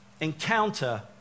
Encounter